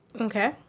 okay